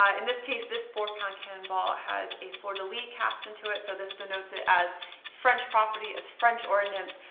ah in this case, this four pound cannonball has a fleur de lis cast into it so this denotes it as french property, as french ordnance.